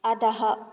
अधः